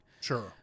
sure